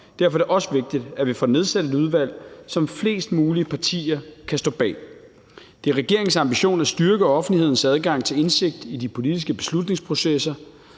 Derfor er det også vigtigt, at vi får nedsat et udvalg, som flest mulige partier kan stå bag. Det er regeringens ambition at styrke offentlighedens adgang til indsigt i de politiske beslutningsprocesser.